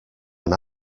when